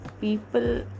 people